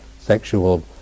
Sexual